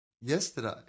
yesterday